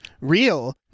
real